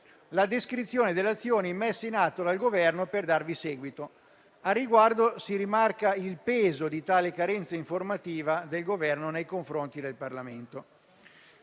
la descrizione delle azioni messe in atto dal Governo per darvi seguito. Al riguardo si rimarca il peso di tale carenza informativa del Governo nei confronti del Parlamento.